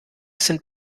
sind